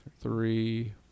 three